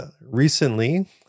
recently